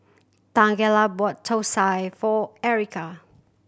Tangela bought thosai for Erykah